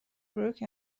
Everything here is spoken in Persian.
بروک